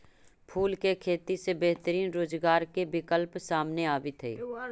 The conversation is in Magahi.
फूल के खेती से बेहतरीन रोजगार के विकल्प सामने आवित हइ